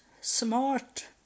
smart